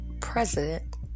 president